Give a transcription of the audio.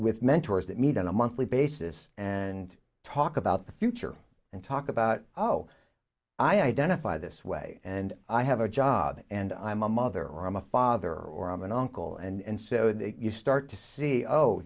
with mentors that meet on a monthly basis and talk about the future and talk about oh i identify this way and i have a job and i'm a mother or i'm a father or i'm an uncle and so you start to see oh